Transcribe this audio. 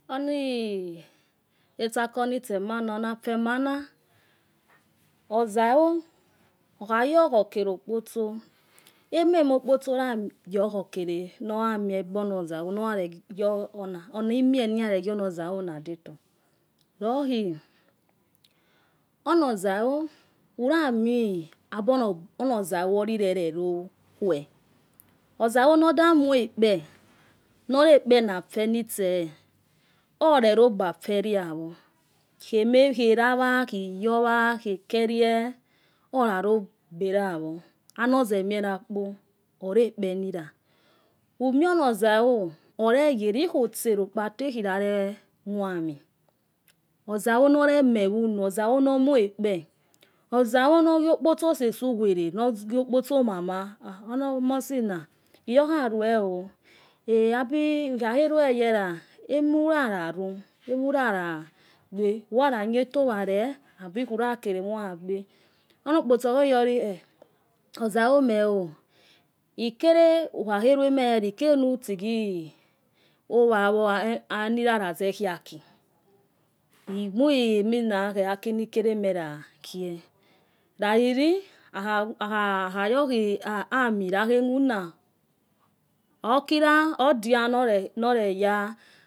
Oni etsako nitsemana onafemai na ozawo okhayor khokerokpotso eme me okpotso rayokhokere noramiegbe ohozowo nora reyor ona rimieniraregie onozawo nadetor rokhi onozawo urami abonozawo rirererokuwe ozawo nodamoi ekpe norekpe na afe nitse orerogbaferie yawo khe meh khen rawa khi iyowa khe ekerie orarogberawo anozemierakpo ore kpenira amie onozawo oreyere ikhi otse rokpa ikhirare muami ozawo noremeh wonu ozawo nomoi ekpe ozawo nogie okpotso sese uwere gio okpotso mama onomosi na iyorkha rue e ebi ikhakhe rue weyara emurara ru emurare gbe urarayetoware abi kura kere muragbe onokposo okheyori eh ozawo meo ikere ukhakheruemeyara ikere nutigi owa wowo anirarazekhi aki imoi emina aki nikere merakie rari o akhayokhiami rakhemuna okira odia noreya